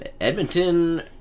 Edmonton